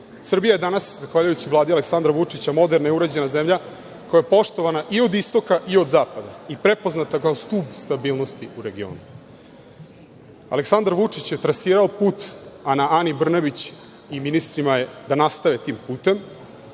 Vučića. Srbija je danas, zahvaljujući Vladi Aleksandra Vučića, moderna i uređena zemlja, koja je poštovana i od Istoka i od Zapada i prepoznata kao stub stabilnosti u regionu. Aleksandar Vučić je trasirao put, a na Ani Brnabić i ministrima je da nastave tim putem,